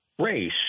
race